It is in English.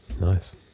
nice